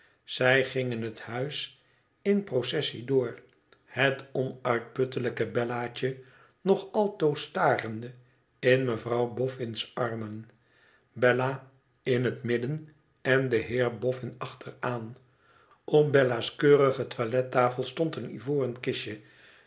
zij gingen het huis in processie door het onuitputtelijke fiellaatje nog altoos starende in mevrouw boffin s armen bella in het midden en de heer boffin achteraan op bella's keurige toilettafel stond een ivoren kistje